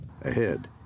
Ahead